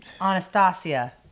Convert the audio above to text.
Anastasia